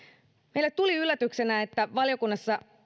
meille tuli yllätyksenä että valiokunnassa